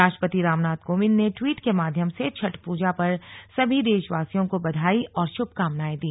राष्ट्रपति रामनाथ कोविंद ने ट्वीट के माध्यम से छठ पूजा पर सभी देशवासियों को बधाई और शुभकामनाएं दी